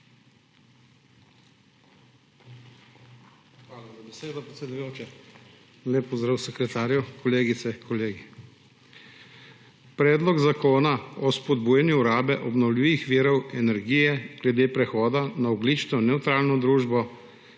Hvala za besedo, predsedujoča. Lep pozdrav sekretarju, kolegice, kolegi! Predlog zakona o spodbujanju rabe obnovljivih virov energije glede prehoda na ogljično nevtralno družbo